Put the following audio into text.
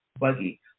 buggy